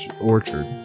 orchard